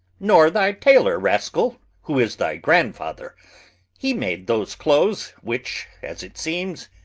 nor thy tailor, rascal, who is thy grandfather he made those clothes, which, as it seems,